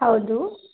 ಹೌದು